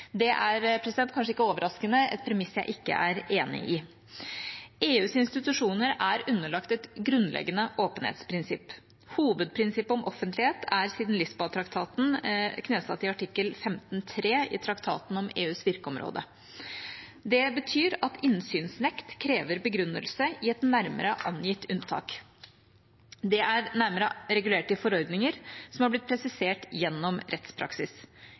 Det er – kanskje ikke overraskende – et premiss jeg ikke er enig i. EUs institusjoner er underlagt et grunnleggende åpenhetsprinsipp. Hovedprinsippet om offentlighet er siden Lisboa-traktaten knesatt i artikkel 15 punkt 3 i traktaten om EUs virkeområde. Det betyr at innsynsnekt krever begrunnelse i et nærmere angitt unntak. Det er nærmere regulert i forordninger som har blitt presisert gjennom rettspraksis.